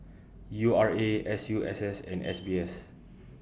U R A S U S S and S B S